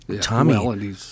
Tommy